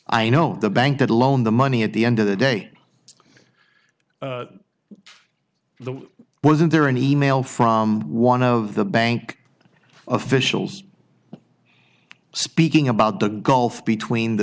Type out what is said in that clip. i know the bank that loan the money at the end of the day the wasn't there an e mail from one of the bank officials speaking about the gulf between the